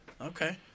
Okay